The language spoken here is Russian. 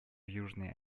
южной